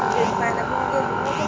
आज भारतात अनेक कृषी योजना फोफावत आहेत